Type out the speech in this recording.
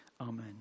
Amen